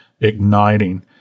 igniting